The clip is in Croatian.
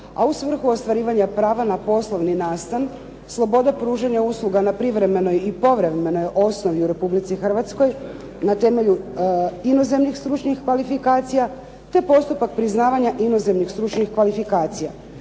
a u svrhu ostvarivanja prava na poslovni nastav, sloboda pružanja usluga na privremenoj i povremenoj osnovi u Republici Hrvatskoj na temelju inozemnih stručnih kvalifikacija, te postupak priznavanja inozemnih stručnih kvalifikacija.